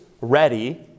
ready